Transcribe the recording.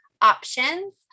options